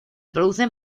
producen